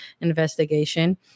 investigation